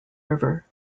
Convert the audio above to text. river